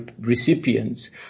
recipients